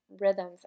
rhythms